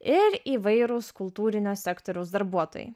ir įvairūs kultūrinio sektoriaus darbuotojai